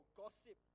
gossip